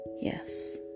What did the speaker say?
yes